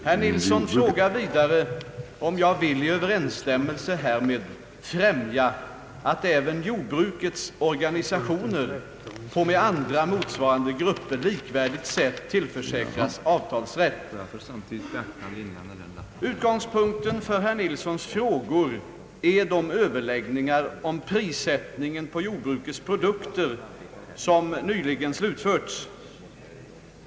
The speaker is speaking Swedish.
Herr Nilsson frågar vidare om jag vill i överensstämmelse härmed främja att även jordbrukets organisationer på med andra motsvarande grupper likvärdigt sätt tillförsäkras avtalsrätt. Utgångspunkten för herr Nilssons frågor är de överläggningar om prissättningen på jordbrukets produkter som nyligen slutförts.